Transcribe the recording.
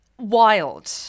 wild